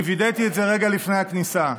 אני וידאתי את זה רגע לפני הכניסה,